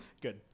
good